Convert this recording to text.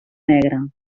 negre